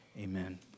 Amen